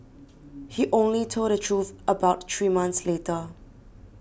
he only told the truth about three months later